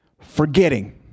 forgetting